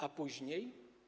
A później?